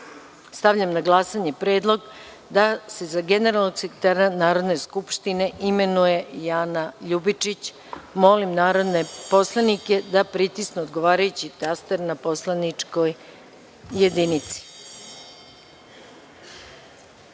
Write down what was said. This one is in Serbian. na glasanje predlog da se za generalnog sekretara Narodne skupštine imenuje Jana Ljubičić. Molim narodne poslanike da pritisnu odgovarajući taster na poslaničkoj